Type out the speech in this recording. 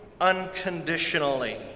unconditionally